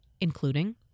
including